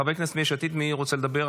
מיש עתיד, מי רוצה לדבר?